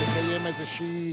תודה רבה.